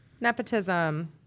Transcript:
Nepotism